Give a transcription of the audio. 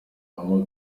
ama